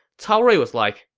cao rui was like,